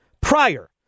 prior